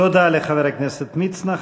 תודה לחבר הכנסת מצנע.